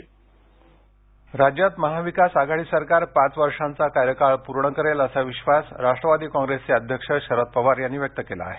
पवार राज्यात महाविकास आघाडी सरकार पाच वर्षांचा कार्यकाळ पूर्ण करेल असा विश्वास राष्ट्रवादी काँग्रेसचे अध्यक्ष शरद पवार यांनी व्यक्त केला आहे